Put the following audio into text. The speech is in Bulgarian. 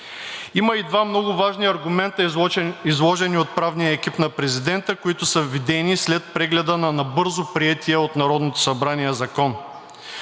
Има и два много важни аргумента, изложени от правния екип на президента, които са видени след прегледа на набързо приетия от Народното събрание закон.